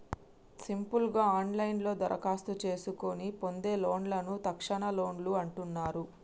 simple గా ఆన్లైన్లోనే దరఖాస్తు చేసుకొని పొందే లోన్లను తక్షణలోన్లు అంటున్నరు